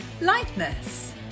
lightness